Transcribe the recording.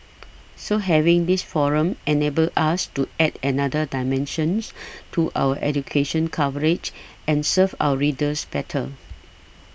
so having this forum enables us to add another dimensions to our education coverage and serve our readers better